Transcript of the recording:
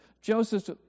Joseph